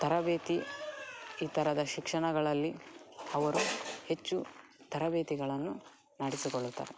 ತರಬೇತಿ ಈ ತರದ ಶಿಕ್ಷಣಗಳಲ್ಲಿ ಅವರು ಹೆಚ್ಚು ತರಬೇತಿಗಳನ್ನು ಮಾಡಿಸಿಕೊಳ್ಳುತ್ತಾರೆ